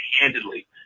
handedly